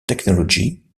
technology